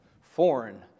foreign